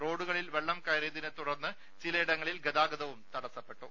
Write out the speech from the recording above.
റോഡുകളിൽ വെള്ളം കയറിയതിനെ തുടർന്ന് ചിലയിടങ്ങളിൽ ഗതാഗതവും തടസപ്പെട്ടു